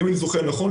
אם אני זוכר נכון,